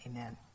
amen